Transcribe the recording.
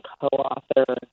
co-author